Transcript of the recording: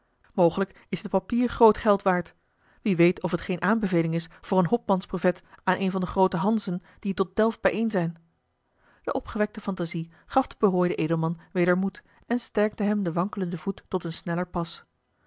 mogelijk is dit papier groot geld waard wie weet of het geene aanbeveling is voor een hopmans brevet aan een van de groote hansen die tot delft bijeen zijn de opgewekte phantasie gaf den berooiden edelman weder moed en sterkte hem den wankelenden voet tot een sneller pas